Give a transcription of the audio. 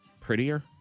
prettier